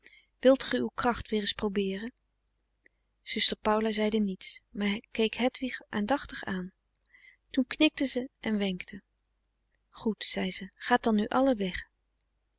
wilt ge uw kracht weer eens probeeren zuster paula zeide niets maar keek hedwig aandachtig aan toen knikte ze en wenkte goed zei ze gaat dan nu allen weg